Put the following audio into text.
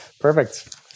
perfect